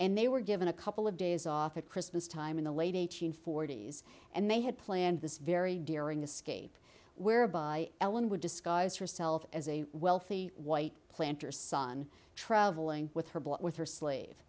and they were given a couple of days off at christmas time in the late eighteenth forties and they had planned this very daring escape whereby ellen would disguise herself as a well the white planter son traveling with her but with her slave